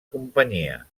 companyia